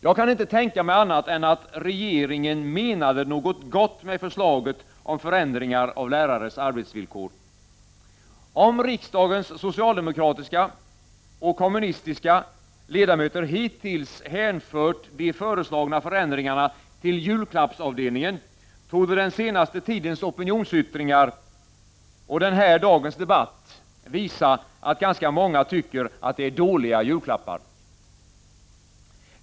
Jag kan inte tänka mig annat än att regeringen menade något gott med förslaget om förändringar av lärares arbetsvillkor. Om riksdagens socialdemokratiska — och kommunistiska — ledamöter hittills hänfört de föreslagna förändringarna till julklappsavdelningen, torde den senaste tidens opinionsyttringar och den här dagens debatt visa, att ganska många tycker att det är dåliga julklappar.